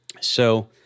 So-